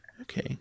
Okay